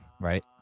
right